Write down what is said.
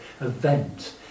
event